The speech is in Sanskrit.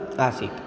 आसीत्